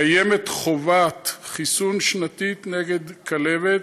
קיימת חובת חיסון שנתית נגד כלבת,